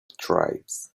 tribes